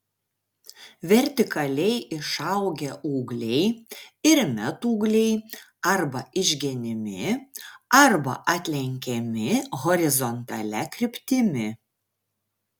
vertikaliai išaugę ūgliai ir metūgliai arba išgenimi arba atlenkiami horizontalia kryptimi